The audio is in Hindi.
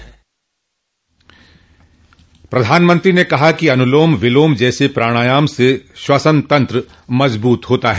प्रधानमंत्री ने कहा कि अनुलोम विलोम जैसे प्राणायाम से श्वसन तंत्र मजबूत होता है